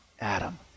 Adam